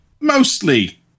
mostly